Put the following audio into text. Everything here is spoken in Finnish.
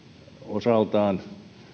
osaltaan